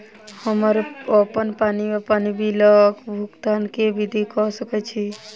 हम्मर अप्पन पानि वा पानि बिलक भुगतान केँ विधि कऽ सकय छी?